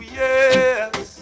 yes